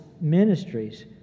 ministries